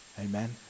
amen